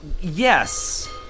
yes